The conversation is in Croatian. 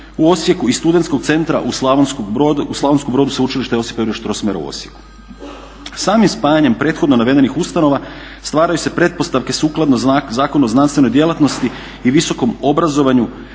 u Osijeku i studentskog centra u Slavonskom Brodu Sveučilišta Josipa Jurja Strossmayera u Osijeku. Samim spajanjem prethodno navedenih ustanova stvaraju se pretpostavke sukladno Zakonu o znanstvenoj djelatnosti i visokom obrazovanju